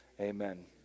Amen